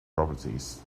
properties